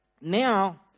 now